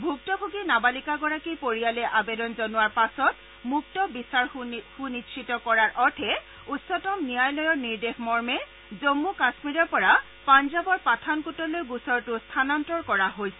ভুক্তভোগী নাবালিকাগৰাকীৰ পৰিয়ালে আবেদন জনোৱাৰ পাছত মুক্ত বিচাৰ সুনিশ্চিত কৰাৰ অৰ্থে উচ্চতম ন্যায়ালয়ৰ নিৰ্দেশ মৰ্মে জম্মু কাশ্মীৰৰ পৰা পাঞ্জাৱৰ পাঠানকোটলৈ গোচৰটো স্থানান্তৰ কৰা হৈছিল